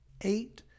eight